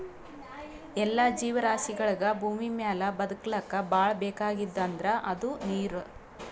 ಎಲ್ಲಾ ಜೀವರಾಶಿಗಳಿಗ್ ಭೂಮಿಮ್ಯಾಲ್ ಬದಕ್ಲಕ್ ಭಾಳ್ ಬೇಕಾಗಿದ್ದ್ ಅಂದ್ರ ಅದು ನೀರ್